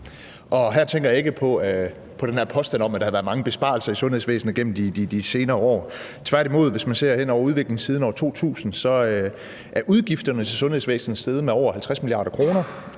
Her tænker jeg ikke på den påstand om, at der har været mange besparelser i sundhedsvæsenet gennem de senere år – tværtimod. Hvis man ser hen over udviklingen siden 2000, er udgifterne til sundhedsvæsenet steget med over 50 mia. kr.,